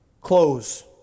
Close